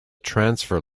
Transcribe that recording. transfer